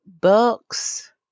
books